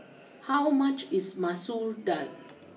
how much is Masoor Dal